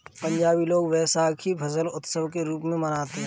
पंजाबी लोग वैशाखी फसल उत्सव के रूप में मनाते हैं